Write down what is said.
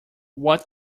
what